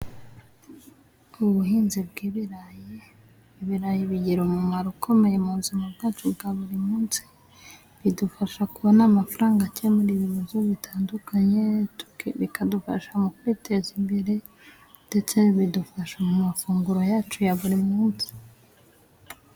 Ubuhinzi bw'ibirayi; ibirayi bigira umumaro ukomeye mu buzima bwacu bwa buri munsi, bidufasha kubona amafaranga akemura ibibazo bitandukanye, bikadufasha mu kwiteza imbere, ndetse bidufasha mu mafunguro yacu ya buri munsi.